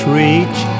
reach